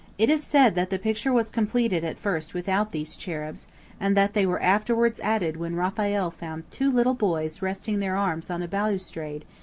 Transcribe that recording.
it is said that the picture was completed at first without these cherubs and that they were afterwards added when raphael found two little boys resting their arms on a balustrade,